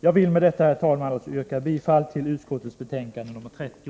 Jag vill med detta, herr talman, yrka bifall till utskottets hemställan i betänkande nr 30.